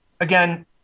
again